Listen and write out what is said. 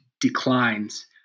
declines